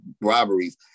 robberies